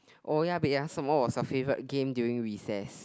owa peya som what was your favorite game during recess